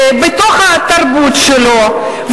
בתוך התרבות שלו,